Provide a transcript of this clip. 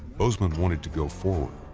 bozeman wanted to go forward.